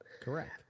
Correct